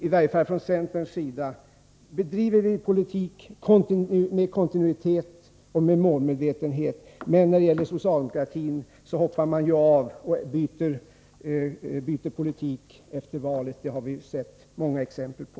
I varje fall från centerns sida bedriver vi politik med kontinuitet och målmedvetenhet. Socialdemokratin däremot hoppar av och byter politik efter valen. Det har vi sett många exempel på.